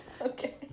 Okay